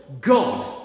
God